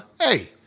hey